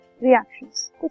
reactions